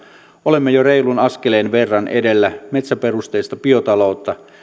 olemme jo reilun askeleen verran edellä metsäperusteista biotaloutta